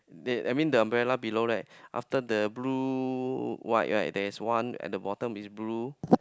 that I mean the umbrella below right after the blue white right there is one at the bottom is blue